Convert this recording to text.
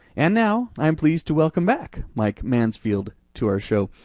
and now, i'm pleased to welcome back mike mansfield to our show,